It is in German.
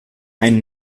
ein